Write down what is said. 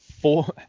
four